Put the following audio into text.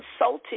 insulted